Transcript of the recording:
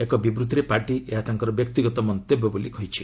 ଏକ ବିବୂଭିରେ ପାର୍ଟି ଏହା ତାଙ୍କର ବ୍ୟକ୍ତିଗତ ମନ୍ତବ୍ୟ ବୋଲି କହିଛି